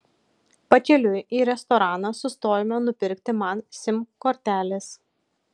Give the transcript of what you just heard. pakeliui į restoraną sustojome nupirkti man sim kortelės